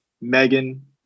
Megan